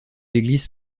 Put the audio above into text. l’église